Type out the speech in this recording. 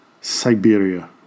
Siberia